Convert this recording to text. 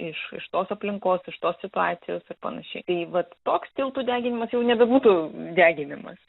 iš iš tos aplinkos iš tos situacijos ir panašiai tai vat toks tiltų deginimas jau nebebūtų deginimas